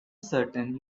certain